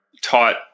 taught